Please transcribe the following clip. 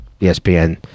ESPN